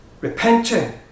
repenting